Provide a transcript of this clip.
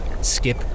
Skip